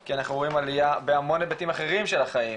כי אנחנו רואים עלייה בהמון היבטים אחרים של החיים,